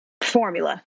formula